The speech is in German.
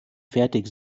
fertig